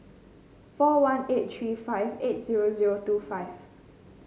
four one eight three five eight zero zero two five